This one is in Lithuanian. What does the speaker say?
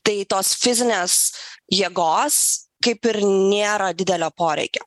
tai tos fizinės jėgos kaip ir nėra didelio poreikio